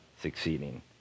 succeeding